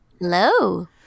Hello